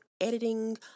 editing